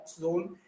zone